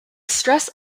stress